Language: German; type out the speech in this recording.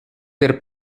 der